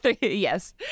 Yes